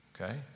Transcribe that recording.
Okay